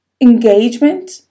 engagement